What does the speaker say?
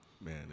Man